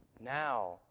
Now